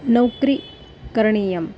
नौक्रि करणीयम्